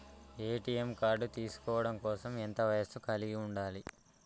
ATM card తీసుకోవడం కోసం ఎంత వయస్సు కలిగి ఉండాలి?